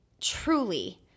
Truly